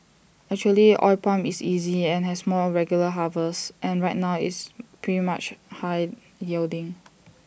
actually oil palm is easy and has more regular harvests and right now it's pretty much high yielding